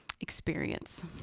experience